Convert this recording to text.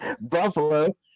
Buffalo